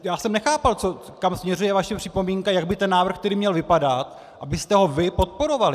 Já jsem nechápal, kam směřuje vaše připomínka, jak by ten návrh tedy měl vypadat, abyste ho vy podporovali.